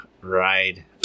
ride